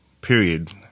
period—